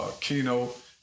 Keynote